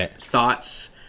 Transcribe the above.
thoughts